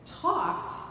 talked